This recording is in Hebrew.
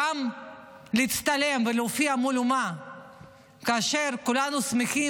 גם להצטלם ולהופיע מול אומה כאשר כולנו שמחים